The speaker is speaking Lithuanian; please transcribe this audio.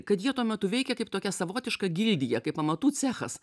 kad jie tuo metu veikė kaip tokia savotiška gildija kaip amatų cechas